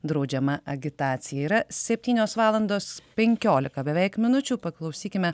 draudžiama agitacija yra septynios valandos penkiolika beveik minučių paklausykime